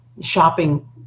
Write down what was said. shopping